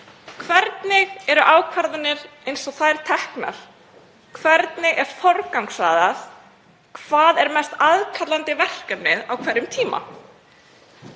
Hvernig eru ákvarðanir eins og þær teknar? Hvernig er forgangsraðað? Hvað er mest aðkallandi verkefnið á hverjum tíma?